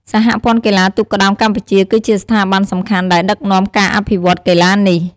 សហព័ន្ធកីឡាទូកក្ដោងកម្ពុជាគឺជាស្ថាប័នសំខាន់ដែលដឹកនាំការអភិវឌ្ឍន៍កីឡានេះ។